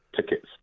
tickets